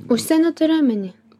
užsieny turi omeny